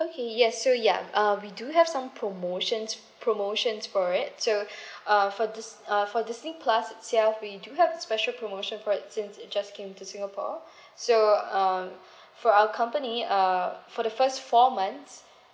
okay yes so ya uh we do have some promotions promotions for it so uh for this uh for this plus itself we do have special promotion for it since it just came to singapore so um for our company uh for the first four months